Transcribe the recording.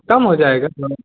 कम हो जाएगा दोनों में